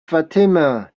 fatima